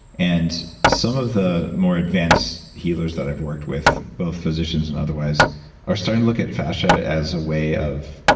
and some of the more advanced healers that i've worked with, both physicians and otherwise are starting to look at at fascia as a way of